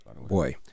Boy